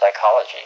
psychology